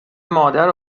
مادر